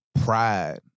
pride